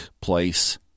place